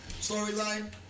storyline